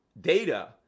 data